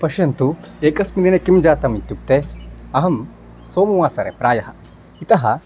पश्यन्तु एकस्मिन् दिने किं जातम् इत्युक्ते अहं सोमवासरे प्रायः इतः